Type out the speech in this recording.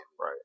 right